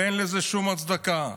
אין לזה שום הצדקה,